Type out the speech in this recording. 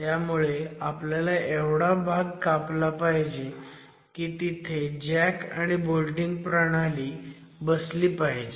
त्यामुळे आपल्याला एवढा भाग कापला पाहिजे की तिथे जॅक आणि बोल्टिंग प्रणाली बसली पाहिजे